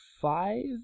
five